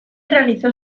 realizó